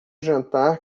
jantar